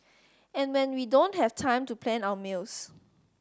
and when we don't have time to plan our meals